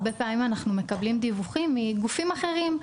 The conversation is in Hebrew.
הרבה פעמים אנחנו מקבלים דיווחים מגופים אחרים.